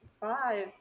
five